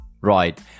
Right